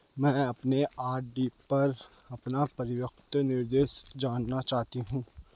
मैं अपने आर.डी पर अपना परिपक्वता निर्देश जानना चाहती हूँ